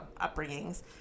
upbringings